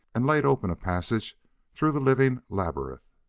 and laid open a passage through the living labyrinth.